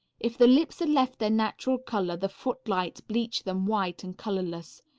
if the lips are left their natural color the footlights bleach them white and colorless.